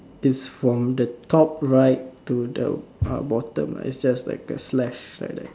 its from the top right to the uh bottom is just like a slash like that